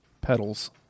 Petals